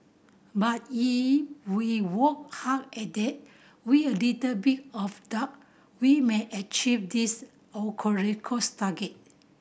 but if we work hard at it with a little bit of duck we may achieve these target